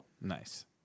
Nice